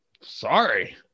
sorry